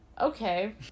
Okay